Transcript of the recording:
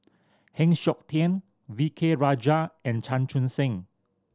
Heng Siok Tian V K Rajah and Chan Chun Sing